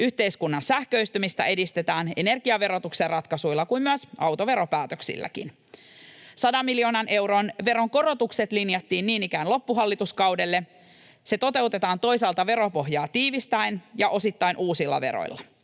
Yhteiskunnan sähköistymistä edistetään niin energiaverotuksen ratkaisuilla kuin myös autoveropäätöksilläkin. 100 miljoonan euron veronkorotukset linjattiin niin ikään loppuhallituskaudelle. Ne toteutetaan toisaalta veropohjaa tiivistäen ja osittain uusilla veroilla.